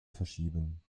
verschieben